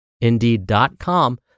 Indeed.com